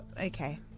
Okay